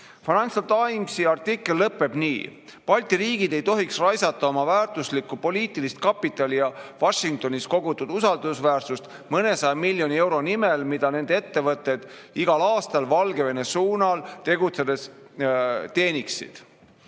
Financial Timesi artikkel lõpeb nii: "Balti riigid ei tohiks raisata oma vääartuslikku poliitilist kapitali ja Washingtonis kogutud usaldusväärsust mõnesaja miljoni euro nimel, mida nende ettevõtted igal aastal Valgevene suunal edasi tegutsedes teeniksid."